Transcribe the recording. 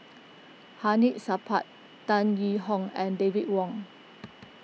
Hamid Supaat Tan Yee Hong and David Wong